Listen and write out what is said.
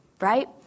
right